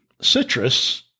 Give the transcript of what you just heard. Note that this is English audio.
citrus